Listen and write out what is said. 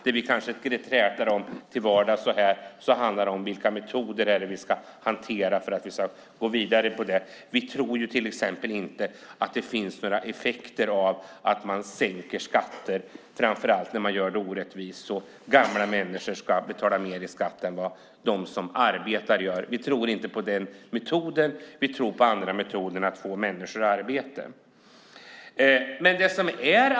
Det vi kanske här till vardags träter om handlar om vilka metoder vi ska hantera när det gäller att gå vidare i sammanhanget. Vi tror till exempel inte att sänkta skatter ger några effekter, framför allt inte när det görs på ett orättvist sätt så att gamla människor ska betala mer i skatt än de som arbetar. Vi tror inte på den metoden, utan vi tror på andra metoder för att få människor i arbete.